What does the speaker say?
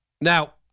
Now